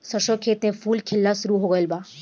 सरसों के खेत में फूल खिलना शुरू हो गइल बा